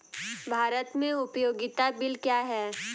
भारत में उपयोगिता बिल क्या हैं?